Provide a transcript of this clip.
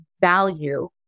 value